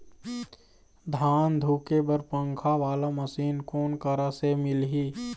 धान धुके बर पंखा वाला मशीन कोन करा से मिलही?